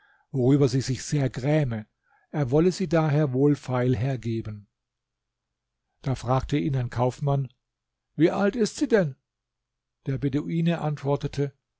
worüber sie sich sehr gräme er wolle sie daher wohlfeil hergeben da fragte ihn ein kaufmann wie alt ist sie denn der beduine antwortete